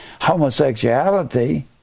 homosexuality